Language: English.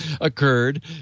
Occurred